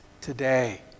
today